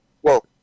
whoa